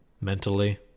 mentally